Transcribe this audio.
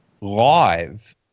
live